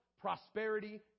prosperity